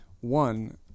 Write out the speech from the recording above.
one